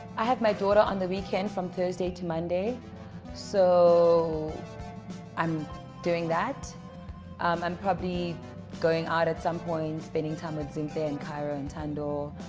i have my daughter on the weekend from thursday to monday so i'm doing that i'm probably going out at some point spending time with zinhle, and kairo and thando.